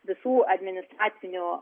visų administracinių